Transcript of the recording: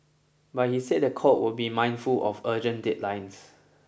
but he said the court would be mindful of urgent deadlines